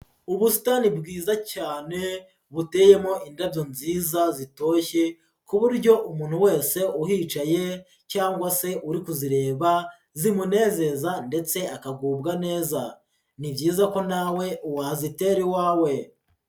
Ubusitani bwiza cyane buteyemo indabyo nziza zitoshye, ku buryo umuntu wese uhicaye cyangwa se uri kuzireba, zimunezeza ndetse akagubwa neza, ni byiza ko nawe wazitera iwawe.